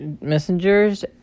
messengers